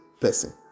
person